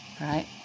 right